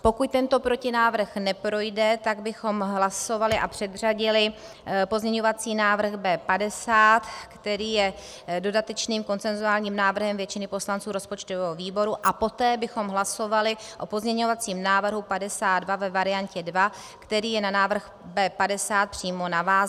Pokud tento protinávrh neprojde, tak bychom hlasovali a předřadili pozměňovací návrh B50, který je dodatečným konsenzuálním návrhem většiny poslanců rozpočtového výboru, a poté bychom hlasovali o pozměňovacím návrhu 52 ve variantě 2, který je na návrh B50 přímo navázán.